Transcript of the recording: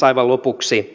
aivan lopuksi